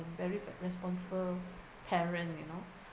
a very responsible parent you know